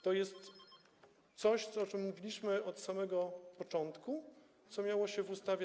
To jest coś, o czym mówiliśmy od samego początku, co miało znaleźć się w ustawie.